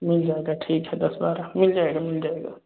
मिल जाएगा ठीक है दस बारह मिल जाएगा मिल जाएगा